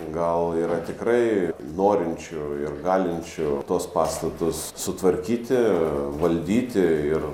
gal yra tikrai norinčių ir galinčių tuos pastatus sutvarkyti valdyti ir